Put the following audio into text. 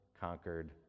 conquered